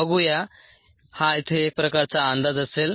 बघूया हा इथे एक प्रकारचा अंदाज असेल